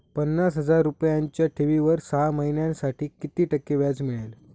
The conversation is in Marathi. पन्नास हजार रुपयांच्या ठेवीवर सहा महिन्यांसाठी किती टक्के व्याज मिळेल?